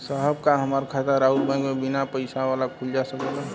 साहब का हमार खाता राऊर बैंक में बीना पैसा वाला खुल जा सकेला?